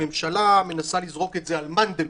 הממשלה מנסה לזרוק את זה על מנדלבליט,